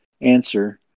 answer